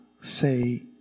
say